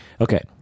Okay